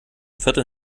viertel